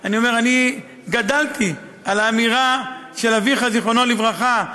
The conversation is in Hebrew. אני גדלתי על האמירה של אביך זיכרונו לברכה,